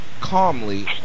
calmly